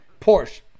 Porsche